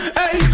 hey